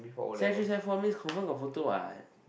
sec three sec four means confirm got photo [what]